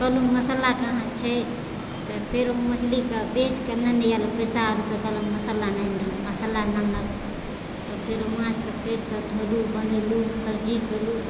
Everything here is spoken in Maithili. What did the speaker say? कहलहुँ मसल्ला कहाँ छै फेरो मछलीके बेचके नेने आयल पैसा तऽ छल मसल्ला नहि मसल्ला अनलक तऽ फेरो माछके धोलहुँ बनेलहुँ सब्जी केलहुँ